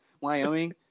Wyoming